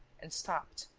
and stopped.